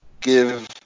give